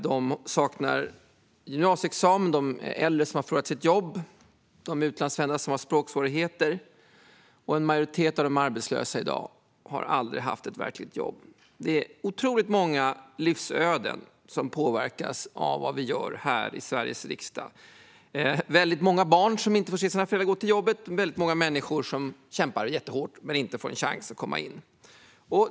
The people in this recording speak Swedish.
Det handlar om personer som saknar gymnasieexamen, äldre som har förlorat sitt jobb och utlandsfödda som har språksvårigheter. En majoritet av de arbetslösa i dag har aldrig haft ett verkligt jobb. Det är otroligt många livsöden som påverkas av vad vi gör här i Sveriges riksdag. Det är många barn som inte får se sina föräldrar gå till jobbet. Det är väldigt många människor som kämpar jättehårt men inte får en chans att komma in.